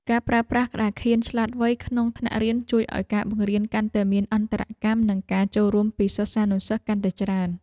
ការប្រើប្រាស់ក្តារខៀនឆ្លាតវៃក្នុងថ្នាក់រៀនជួយឱ្យការបង្រៀនកាន់តែមានអន្តរកម្មនិងការចូលរួមពីសិស្សានុសិស្សកាន់តែច្រើន។